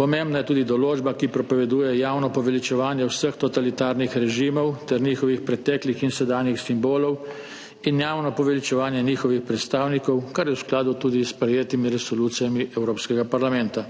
pomembna je tudi določba, ki prepoveduje javno poveličevanje vseh totalitarnih režimov ter njihovih preteklih in sedanjih simbolov in javno poveličevanje njihovih predstavnikov, kar je tudi v skladu s sprejetimi resolucijami Evropskega parlamenta.